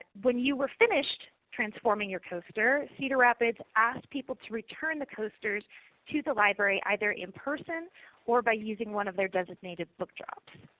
when you were finished transforming your poster, cedar rapids asked people to return the posters to the library either in person or by using one of their designated book drops.